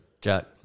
Jack